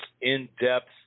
in-depth